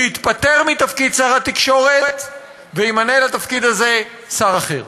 שיתפטר מתפקיד שר התקשורת וימנה לתפקיד הזה שר אחר.